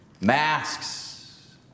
masks